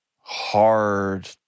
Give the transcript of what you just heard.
hard